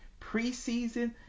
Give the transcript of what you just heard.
preseason